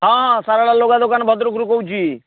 ହଁ ହଁ ସାରଳା ଲୁଗା ଦୋକାନ ଭଦ୍ରକରୁ କହୁଛି